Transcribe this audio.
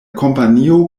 kompanio